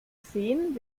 seen